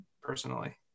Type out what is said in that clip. personally